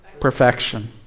Perfection